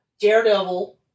Daredevil